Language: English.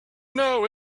know